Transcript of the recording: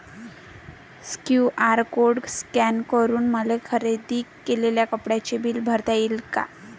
QR code scan करून मले खरेदी केलेल्या कापडाचे बिल भरता यीन का?